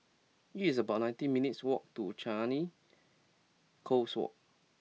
it's about nineteen minutes' walk to Changi Coast Walk